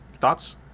thoughts